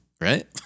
right